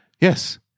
Yes